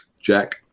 Jack